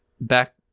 back